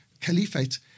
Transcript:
Caliphate